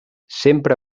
sempre